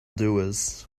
doers